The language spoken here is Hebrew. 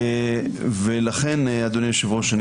לכן אדוני היושב-ראש,